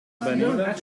avenida